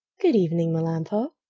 good evening, melampo.